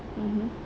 mmhmm